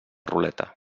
ruleta